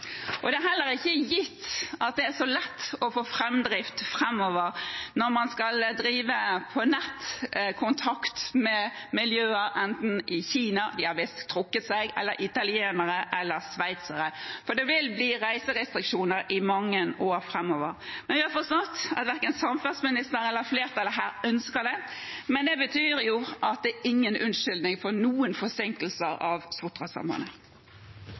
Det er heller ikke gitt at det framover er så lett å få framdrift når man skal drive via nettkontakt med miljøer enten i Kina – de har visst trukket seg – eller med italienere eller sveitsere, for det vil bli reiserestriksjoner i mange år framover. Men jeg har forstått at verken samferdselsministeren eller flertallet her ønsker det. Det betyr jo at det er ingen unnskyldning for noen forsinkelser av